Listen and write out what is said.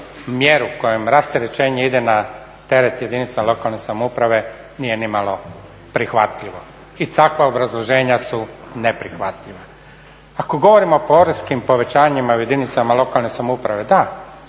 mjeru kojom rasterećenje ide na teret jedinica lokalne samouprave nije nimalo prihvatljivo. I takva obrazloženja su neprihvatljiva. Ako govorimo o poreznim povećanjima u jedinicama lokalne samouprave, da,